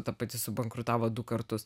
ta pati subankrutavo du kartus